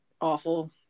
awful